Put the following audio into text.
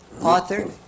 author